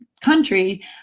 country